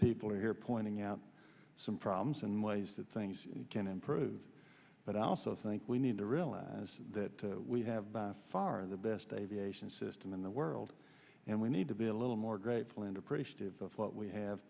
people here pointing out some problems in ways that things can improve but i also think we need to realize that we have by far the best aviation system in the world and we need to be a little more grateful and appreciative of what we have